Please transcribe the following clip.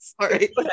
Sorry